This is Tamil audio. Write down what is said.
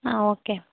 ஆ ஓகே